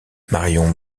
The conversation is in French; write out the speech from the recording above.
marion